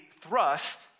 thrust